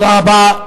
תודה רבה.